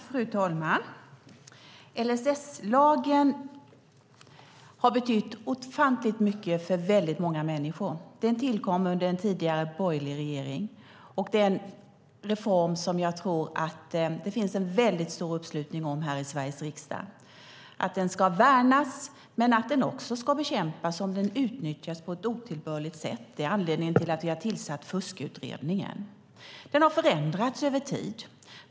Fru talman! LSS har betytt ofantligt mycket för väldigt många människor. Lagen tillkom under en tidigare borgerlig regering. Jag tror att det finns en väldigt stor uppslutning bakom att den här reformen ska värnas men att den också ska bekämpas om den utnyttjas på ett otillbörligt sätt. Det är anledningen till att vi tillsatt Fuskutredningen. Reformen har förändrats över tid.